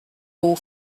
all